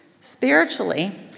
Spiritually